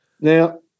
now